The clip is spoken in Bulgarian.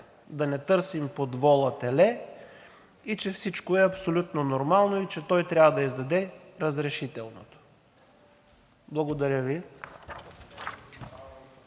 да не търсим под вола теле и че всичко е абсолютно нормално и той трябва да издаде разрешителното. Благодаря Ви.